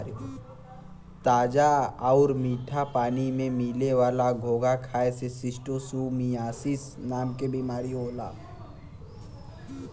ताजा आउर मीठा पानी में मिले वाला घोंघा खाए से शिस्टोसोमियासिस नाम के बीमारी होला